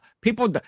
People